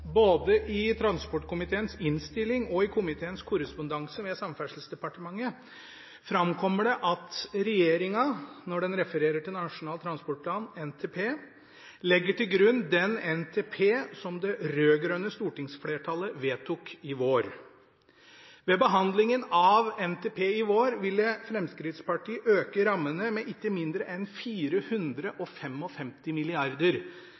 Både i transportkomiteens innstilling og i komiteens korrespondanse med Samferdselsdepartementet framkommer det at regjeringen, når den refererer til Nasjonal transportplan – NTP – legger til grunn den NTP som det rød-grønne stortingsflertallet vedtok i vår. Ved behandlingen av NTP i vår ville Fremskrittspartiet øke rammene med ikke mindre enn